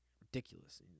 Ridiculous